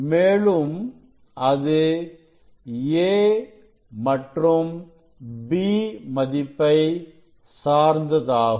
மேலும் அது a மற்றும் b மதிப்பை சார்ந்ததாகும்